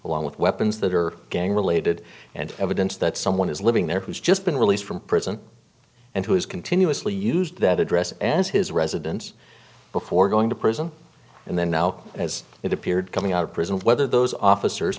along with weapons that are gang related and evidence that someone is living there who's just been released from prison and who has continuously used that address as his residence before going to prison and then now as it appeared coming out of prison whether those officers